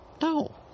No